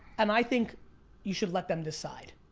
and i think you should let them decide.